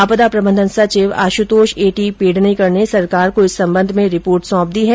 आपदा प्रबंधन सचिव आश्तोष एटी पेडणेकर ने सरकार को इस संबंध में रिपोर्ट सौंप दी है